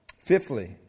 Fifthly